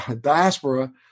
Diaspora